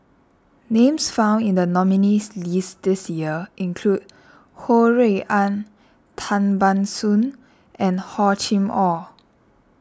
names found in the nominees' list this year include Ho Rui An Tan Ban Soon and Hor Chim or